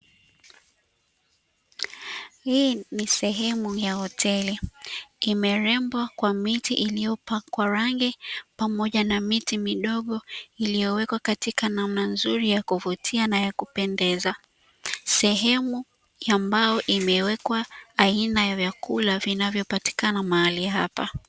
Hii ni sehemu ya hoteli imerembwa kwa miti iliyopakwa rangi pamoja na miti midogo iliyowekwa katika namna nzuri ya kuvuti na ya kupendeza, sehemu ya mbao imewekwa aina ya vyakula vinavopatikana mahali hapa.